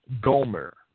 Gomer